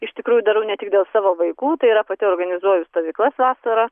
iš tikrųjų darau ne tik dėl savo vaikų tai yra pati organizuoju stovyklas vasarą